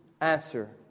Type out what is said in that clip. answer